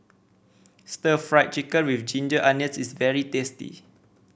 Stir Fried Chicken with Ginger Onions is very tasty